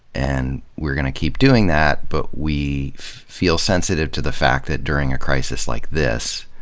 and we're gonna keep doing that but we feel sensitive to the fact that during a crisis like this,